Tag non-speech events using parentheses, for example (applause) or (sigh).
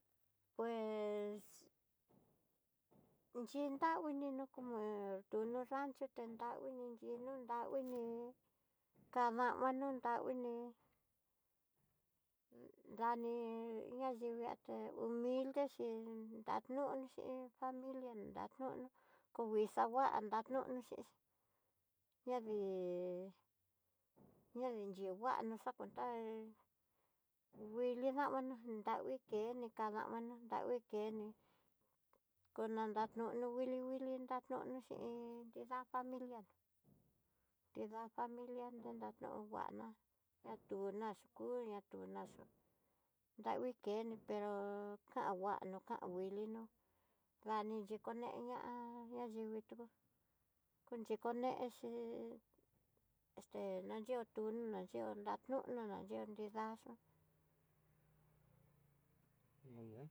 Pues xhintakuinini no ku tu no rancho tentanguini xhino nravini adameno nravini, ndani ñayikueté (hesitation) ilde xhí nradunixhi familia nratoná, kokuixava'a nratona xhixi ñavii ñavii nrihuana xakutá nguili damana, dangui keni kadamana dangui keni, konanan nrió no nguili, nguili, nranono xhi iin nrida familia, nrida familia nená ño'o nguana ña tuná xhiku ña tuná xhin dangui kenii pero kan nguano kan kuilinó vayi kinone ñá ña nrivi tú konyikonexhi este nan ihpo tió na ihó nidaxi.